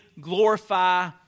glorify